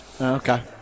okay